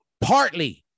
Partly